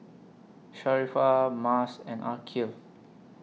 Sharifah Mas and Aqil